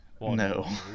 No